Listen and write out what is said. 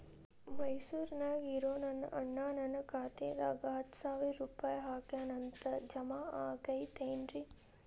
ಮೈಸೂರ್ ನ್ಯಾಗ್ ಇರೋ ನನ್ನ ಅಣ್ಣ ನನ್ನ ಖಾತೆದಾಗ್ ಹತ್ತು ಸಾವಿರ ರೂಪಾಯಿ ಹಾಕ್ಯಾನ್ ಅಂತ, ಜಮಾ ಆಗೈತೇನ್ರೇ?